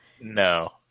No